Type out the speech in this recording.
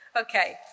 Okay